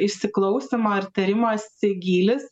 įsiklausoma ar tarimosi gylis